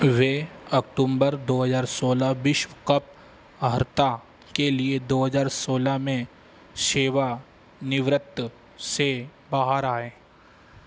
वे अक्टूबर दो हज़ार सोलह विश्व कप अर्हता के लिए दो हज़ार सोलह में सेवानिवृत्ति से बाहर आए